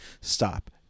stop